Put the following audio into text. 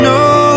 no